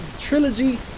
trilogy